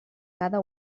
cada